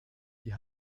die